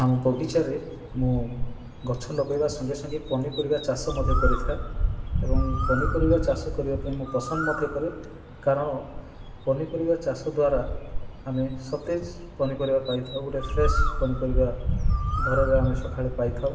ଆମ ବଗିଚାରେ ମୁଁ ଗଛ ଲଗେଇବା ସଙ୍ଗେସଙ୍ଗେ ପନିପରିବା ଚାଷ ମଧ୍ୟ କରିଥାଏ ଏବଂ ପନିପରିବା ଚାଷ କରିବାପାଇଁ ମୁଁ ପସନ୍ଦ ମଧ୍ୟ କରେ କାରଣ ପନିପରିବା ଚାଷଦ୍ବାରା ଆମେ ସତେଜ ପନିପରିବା ପାଇଥାଉ ଗୋଟେ ଫ୍ରେଶ୍ ପନିପରିବା ଘରରେ ଆମେ ସକାଳେ ପାଇଥାଉ